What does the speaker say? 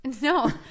no